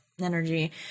energy